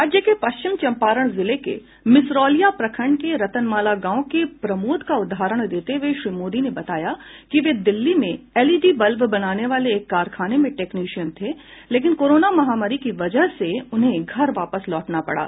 राज्य के पश्चिम चंपारण जिले के मिसरौलिया प्रखंड के रतनमाला गांव के प्रमोद का उदाहरण देते हुए श्री मोदी ने बताया कि वे दिल्ली में एल ई डी बल्ब बनाने वाले एक कारखाने में तकनीशियन थे लेकिन कोरोना महामारी की वजह से उन्हें घर वापस लौटना पड़ा